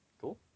Cool